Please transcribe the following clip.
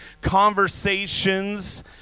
conversations